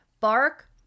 bark